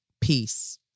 Peace